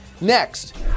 Next